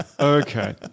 Okay